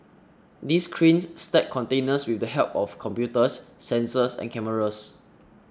these cranes stack containers with the help of computers sensors and cameras